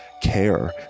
care